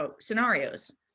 scenarios